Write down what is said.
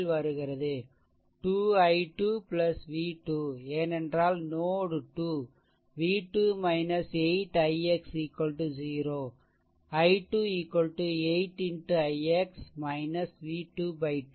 2 i2 v2 ஏனென்றால் நோட்2 v2 8 ix 0 i2 8 x ix v2 2